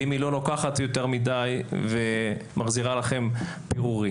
ואם היא לא לוקחת יותר מדי ומחזירה לכם פירורים.